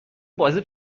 بازی